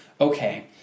Okay